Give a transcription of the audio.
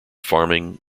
farming